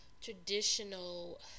traditional